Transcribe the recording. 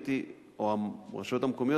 לפי הנתונים שיש בידי, רחוק מלסגור את הפער